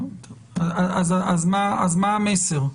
המסר?